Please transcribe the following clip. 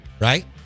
right